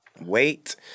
Wait